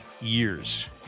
years